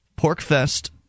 Porkfest